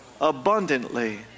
abundantly